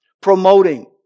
Promoting